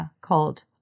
called